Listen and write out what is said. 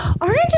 Orange